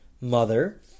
mother